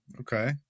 Okay